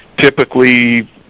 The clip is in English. typically